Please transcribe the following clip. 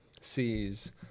sees